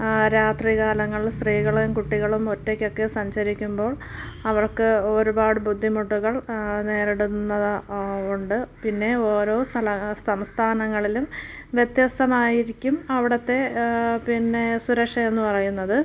രാത്രികാലങ്ങളിൽ സ്ത്രീകളെയും കുട്ടികളും ഒറ്റക്കൊക്കെ സഞ്ചരിക്കുമ്പോൾ അവർക്ക് ഒരുപാട് ബുദ്ധിമുട്ടുകൾ നേരിടുന്നത് ഉണ്ട് പിന്നെ ഓരോ സ്ഥല സംസ്ഥാനങ്ങളിലും വ്യത്യസ്തമായിരിക്കും അവിടുത്തെ പിന്നെ സുരക്ഷയെന്ന് പറയുന്നത്